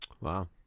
Wow